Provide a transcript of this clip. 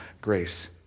grace